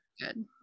Good